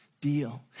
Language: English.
Deal